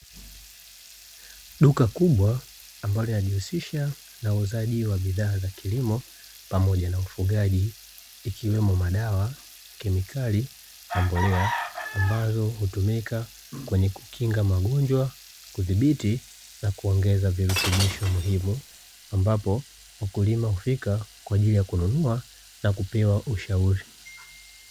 Duka kubwa ambalo linajihusisha na uuzaji wa bidhaa za kilimo pamoja na ufugaji ikiwemo: madawa, kemikali na mbolea; ambazo hutumika kwenye kukinga magonjwa, kudhibiti na kuongeza virutubisho muhimu. Ambapo wakulima hufika kwa ajili ya kununua na kupewa ushauri.